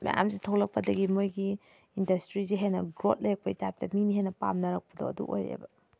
ꯃꯌꯥꯝꯁꯤ ꯊꯣꯛꯂꯛꯄꯗꯒꯤ ꯃꯣꯏꯒꯤ ꯏꯟꯗꯁꯇ꯭ꯔꯤꯁꯤ ꯍꯦꯟꯅ ꯒ꯭ꯔꯣꯗ ꯂꯩꯔꯛꯄꯩ ꯇꯥꯏꯞꯇ ꯃꯤꯅ ꯍꯦꯟꯅ ꯄꯥꯝꯅꯔꯛꯄꯗꯣ ꯑꯗꯨ ꯑꯣꯏꯔꯛꯑꯦꯕ